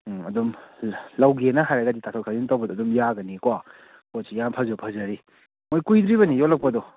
ꯑꯗꯨꯝ ꯂꯧꯒꯦꯅ ꯍꯥꯏꯔꯒꯗꯤ ꯇꯥꯊꯣꯛ ꯇꯥꯁꯤꯟ ꯇꯧꯕꯗ ꯑꯗꯨꯝ ꯌꯥꯒꯅꯤ ꯀꯣ ꯄꯣꯠꯁꯤ ꯌꯥꯝ ꯐꯁꯨ ꯐꯖꯔꯤ ꯃꯣꯏ ꯀꯨꯏꯗ꯭ꯔꯤꯕꯅꯤ ꯌꯣꯜꯂꯛꯄꯗꯣ